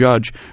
judge